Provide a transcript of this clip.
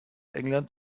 englands